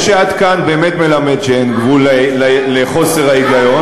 זה שאת כאן באמת מלמד שאין גבול לחוסר ההיגיון,